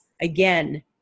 Again